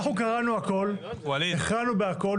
אנחנו קראנו הכל, הכרענו בכל.